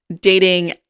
dating